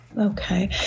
Okay